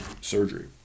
surgery